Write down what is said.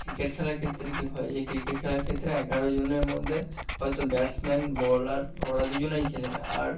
cricket খেলার ক্ষেত্রে কি হয় যে ক্রিকেট খেলা ক্ষেত্রে এগারোজনের মধ্যে হয়তো ব্যাটসম্যান বলার ওরা দুজনেই খেলে আর